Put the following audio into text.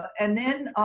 and then,